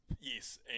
Yes